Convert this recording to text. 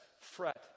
fret